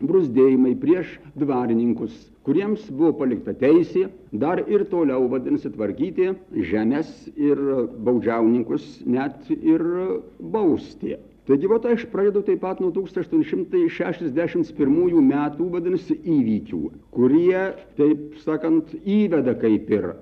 bruzdėjimai prieš dvarininkus kuriems buvo palikta teisė dar ir toliau vadinasi tvarkyti žemes ir baudžiauninkus net ir bausti taigi vat aš pradedu taip pat nuo tūkstantis aštuoni šimtai šešiasdešimt pirmųjų metų vadinasi įvykių kurie taip sakant įveda kaip ir